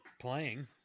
playing